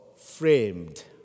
framed